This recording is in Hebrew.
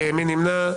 מי נמנע?